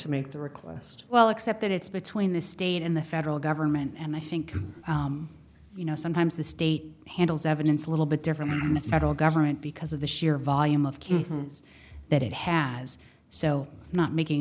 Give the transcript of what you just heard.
to make the request well except that it's between the state and the federal government and i think you know sometimes the state handles evidence a little bit different than the federal government because of the sheer volume of cases that it has so not making